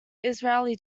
israeli